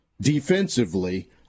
defensively